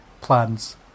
plans